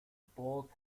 bolt